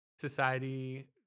society